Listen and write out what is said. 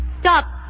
Stop